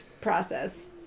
process